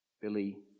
Billy